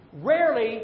Rarely